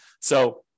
So-